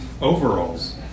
overalls